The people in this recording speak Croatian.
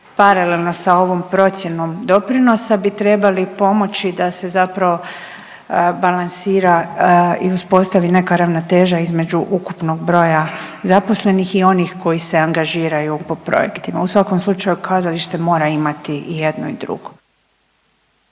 paralelno sa ovom procjenom doprinosa bi trebali pomoći da se zapravo balansira i uspostavi neka ravnoteža između ukupnog broja zaposlenih i onih koji se angažiraju po projektima. U svakom slučaju kazalište mora imati i jedno i drugo.